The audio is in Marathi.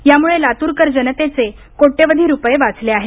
यामुळे लातूरकर जनतेचे कोट्यवधी रुपये वाचले आहेत